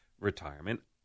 retirement